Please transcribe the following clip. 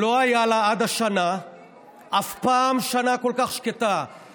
לא הייתה לה אף פעם שנה כל כך שקטה עד השנה.